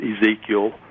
Ezekiel